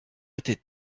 était